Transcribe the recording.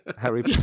Harry